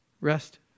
Rest